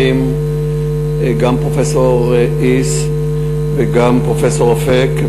גם פרופסור היס וגם פרופסור אפק,